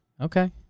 Okay